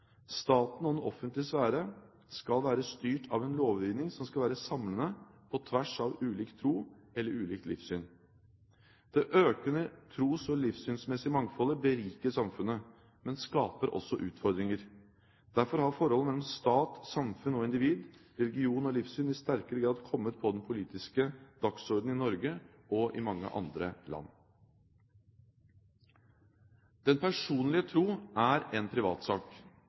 Staten og den offentlige sfæren skal være styrt av en lovgivning som skal være samlende – på tvers av ulik tro eller ulikt livssyn. Det økende tros- og livssynsmessige mangfoldet beriker samfunnet, men skaper også utfordringer. Derfor har forholdet mellom stat, samfunn, individ, religion og livssyn i sterkere grad kommet på den politiske dagsordenen i Norge og i mange andre land. Den personlige tro er en